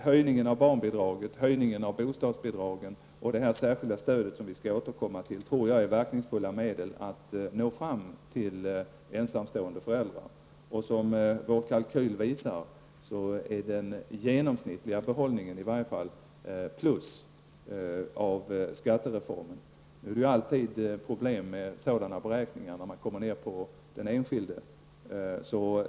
Höjningen av barnbidraget, höjningen av bostadsbidragen och det särskilda stödet, som vi skall återkomma till, är medel som jag tror är verkningsfulla för att nå fram till ensamstående föräldrar. Våra kalkyler visar att den genomsnittliga behållningen av skattereformen skall ligga på plus. Det är dock alltid problem med sådana beräkningar när man kommer ner på den enskildes nivå.